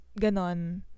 ganon